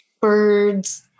birds